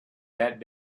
that